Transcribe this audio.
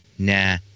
Nah